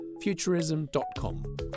Futurism.com